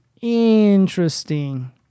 Interesting